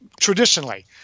traditionally